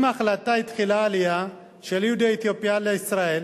עם ההחלטה התחילה העלייה של יהודי אתיופיה לישראל,